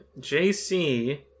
JC